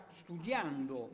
studiando